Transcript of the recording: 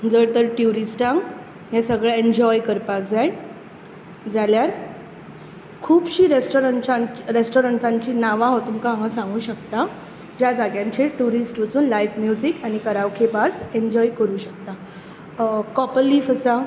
जर तर ट्युरीस्टांक हें सगळें एंजाॅय करपाक जाय जाल्यार खुबशीं रेस्टाॅरंटाजा रेस्टाॅरंटांचीं नांवां हांव तुमकां सांगूंक शकतां ज्या जाग्यांचेर ट्युरीस्ट लायव्ह म्युजीक आनी कराओके बार्स एंजाॅय करूंक शकतात काॅपर लिफ आसा